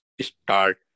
start